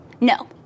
No